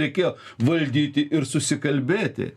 reikėjo valdyti ir susikalbėti